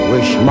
Wish